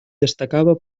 destacava